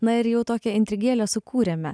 na ir jau tokią intrigėlę sukūrėme